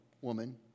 woman